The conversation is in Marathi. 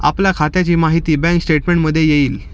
आपल्या खात्याची माहिती बँक स्टेटमेंटमध्ये येईल